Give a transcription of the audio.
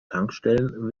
tankstellen